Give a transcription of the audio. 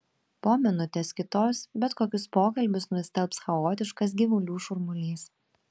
po minutės kitos bet kokius pokalbius nustelbs chaotiškas gyvulių šurmulys